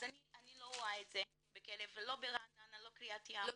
אני לא רואה את זה, לא ברעננה, לא בקרית ים.